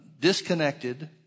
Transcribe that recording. disconnected